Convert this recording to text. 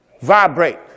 vibrate